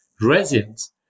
residents